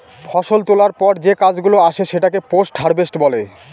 ফষল তোলার পর যে কাজ গুলো আসে সেটাকে পোস্ট হারভেস্ট বলে